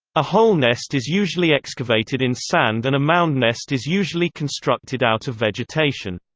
a hole nest is usually excavated in sand and a mound nest is usually constructed out of vegetation.